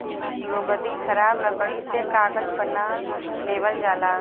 लुगदी खराब लकड़ी से कागज बना लेवल जाला